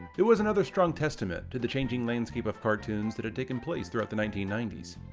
it was another strong testament to the changing landscape of cartoons that had taken place throughout the nineteen ninety s.